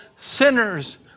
sinners